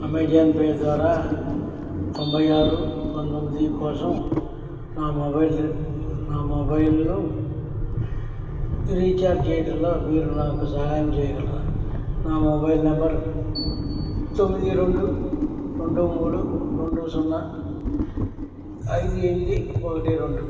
Amazon Pay ద్వారా తొంభై ఆరు పందొమ్మిది కోసం నా మొబైల్ నా మొబైల్ను రీఛార్జ్ చేయటంలో మీరు నాకు సహాయం చేయగలరా నా మొబైల్ నెంబర్ తొమ్మిది రెండు రెండు మూడు రెండు సున్నా ఐదు ఎనిమిది ఒకటి రెండు